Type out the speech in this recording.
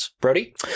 Brody